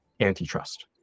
antitrust